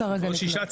השר הממנה?